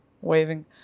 waving